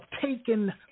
Taken